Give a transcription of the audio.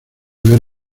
ver